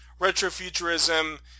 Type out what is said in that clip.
retrofuturism